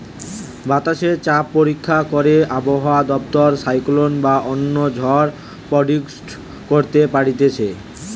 বাতাসে চাপ পরীক্ষা করে আবহাওয়া দপ্তর সাইক্লোন বা অন্য ঝড় প্রেডিক্ট করতে পারতিছে